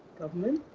government,